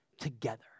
together